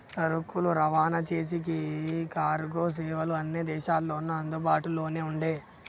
సరుకులు రవాణా చేసేకి కార్గో సేవలు అన్ని దేశాల్లోనూ అందుబాటులోనే ఉండే